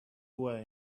away